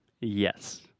Yes